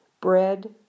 Bread